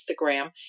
Instagram